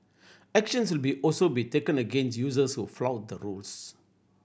actions will be also be taken against users who flout the rules